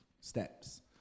steps